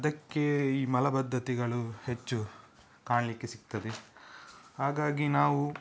ಅದಕ್ಕೆ ಈ ಮಲಬದ್ಧತೆಗಳು ಹೆಚ್ಚು ಕಾಣಲಿಕ್ಕೆ ಸಿಗ್ತದೆ ಹಾಗಾಗಿ ನಾವು